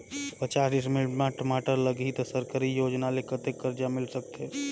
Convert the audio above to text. पचास डिसमिल मा टमाटर लगही त सरकारी योजना ले कतेक कर्जा मिल सकथे?